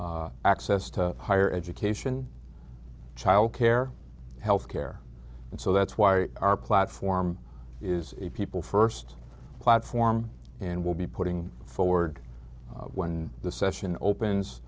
schools access to higher education childcare health care and so that's why our platform is a people first platform and will be putting forward when the session opens